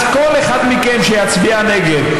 אז כל אחד מכם שיצביע נגד,